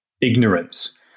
ignorance